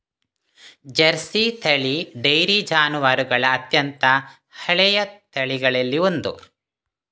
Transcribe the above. Jersey ತಳಿ dairy ಜಾನುವಾರುಗಳ ಅತ್ಯಂತ ಹಳೆಯ ತಳಿಗಳಲ್ಲಿ ಒಂದು